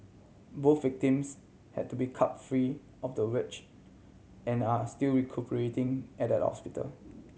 both victims had to be cut free of the and are still recuperating at at hospital